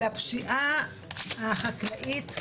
לפשיעה החקלאית,